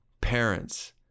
parents